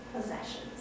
possessions